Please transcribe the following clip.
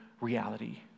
reality